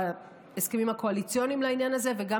בהסכמים הקואליציוניים לעניין הזה וגם